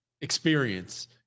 experience